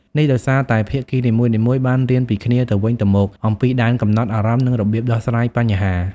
នេះដោយសារតែភាគីនីមួយៗបានរៀនពីគ្នាទៅវិញទៅមក អំពីដែនកំណត់ អារម្មណ៍ និងរបៀបដោះស្រាយបញ្ហា។